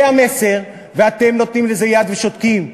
זה המסר, ואתם נותנים לזה יד ושותקים.